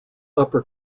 upper